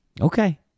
Okay